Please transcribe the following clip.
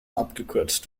abgekürzt